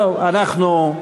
טוב, אנחנו,